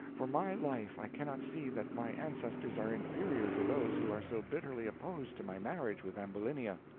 for my life i cannot see that my ancestors are inferior to those who are so bitterly opposed to my marriage with ambulinia.